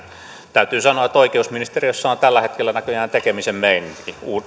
täytyy sanoa että oikeusministeriössä on tällä hetkellä näköjään tekemisen meininki